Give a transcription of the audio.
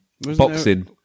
boxing